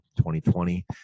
2020